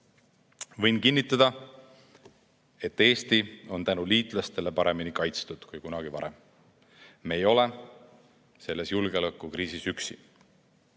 Võin kinnitada, et Eesti on tänu liitlastele paremini kaitstud kui kunagi varem. Me ei ole selles julgeolekukriisis üksi. Aga